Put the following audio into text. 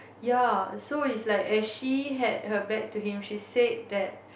ya so is like as she had her back to him she said that